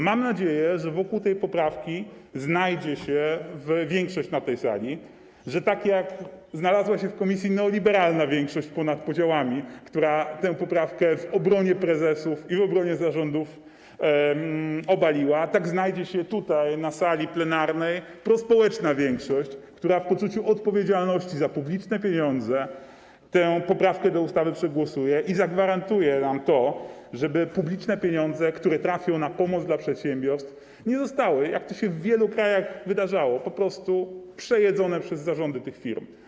Mam nadzieję, że wokół tej poprawki znajdzie się większość na tej sali, że tak jak znalazła się w komisji neoliberalna większość ponad podziałami, która tę poprawkę w obronie prezesów i w obronie zarządów obaliła, tak znajdzie się tutaj, na sali plenarnej, prospołeczna większość, która w poczuciu odpowiedzialności za publiczne pieniądze przegłosuje tę poprawkę do ustawy i zagwarantuje nam to, żeby publiczne pieniądze, które trafią na pomoc dla przedsiębiorstw, nie zostały, jak to się w wielu krajach wydarzało, po prostu przejedzone przez zarządy tych firm.